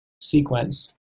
sequence